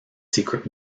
secret